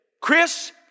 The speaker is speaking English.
Chris